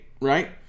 right